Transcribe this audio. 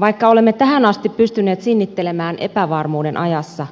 vaikka olemme tähän asti pystyneet sinnittelemään epävarmuuden ajassa